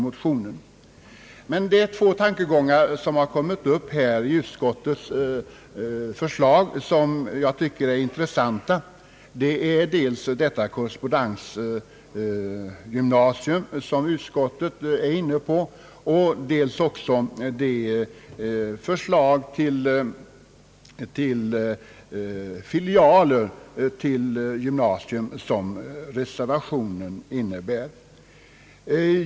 Men det är två tankegångar i utlåtandet som jag finner intressanta, dels korrespondensgymnasiet, som utskottet talar om, dels förslaget till gymnasiefilialer, som reservationen tar upp.